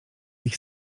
ich